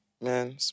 man